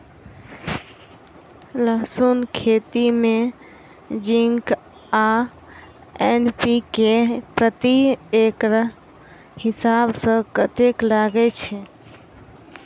लहसून खेती मे जिंक आ एन.पी.के प्रति एकड़ हिसाब सँ कतेक लागै छै?